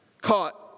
caught